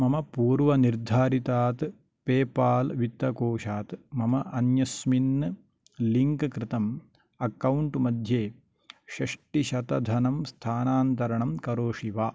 मम पूर्वनिर्धारितात् पेपाल् वित्तकोषात् मम अन्यस्मिन् लिङ्क् कृतम् अक्कौण्ट् मध्ये षष्टिशतधनं स्थानान्तरणं करोषि वा